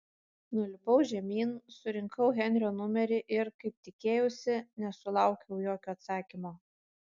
nulipau žemyn surinkau henrio numerį ir kaip tikėjausi nesulaukiau jokio atsakymo